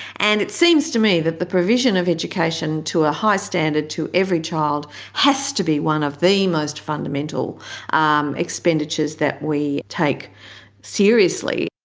and it seems to me that the provision of education to a high standard to every child has to be one of the most fundamental um expenditures that we take seriously.